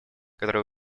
который